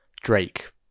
Drake